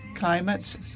climate